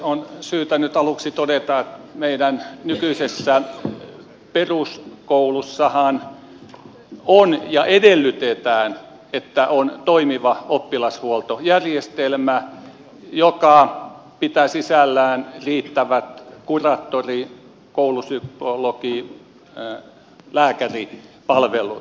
on syytä nyt aluksi todeta että meidän nykyisessä peruskoulussahan on ja edellytetään että on toimiva oppilashuoltojärjestelmä joka pitää sisällään riittävät kuraattori koulupsykologi lääkäripalvelut